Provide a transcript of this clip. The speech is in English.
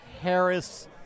Harris